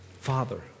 Father